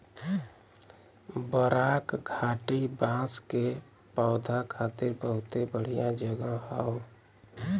बराक घाटी बांस के पौधा खातिर बहुते बढ़िया जगह हौ